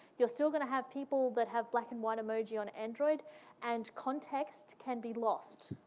you're still gonna have people that have black and white emoji on android and context can be lost,